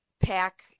pack